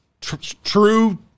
true